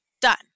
done